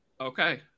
Okay